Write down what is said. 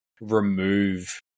remove